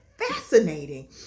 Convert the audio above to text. Fascinating